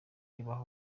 ibaha